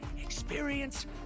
experience